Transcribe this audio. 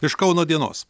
iš kauno dienos